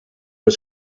was